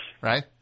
right